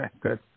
good